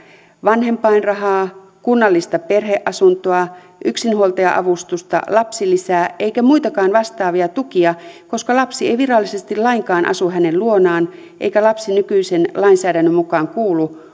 vanhempainrahaa kunnallista perheasuntoa yksinhuoltaja avustusta lapsilisää eikä muitakaan vastaavia tukia koska lapsi ei virallisesti lainkaan asu hänen luonaan eikä lapsi nykyisen lainsäädännön mukaan kuulu